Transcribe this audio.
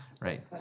Right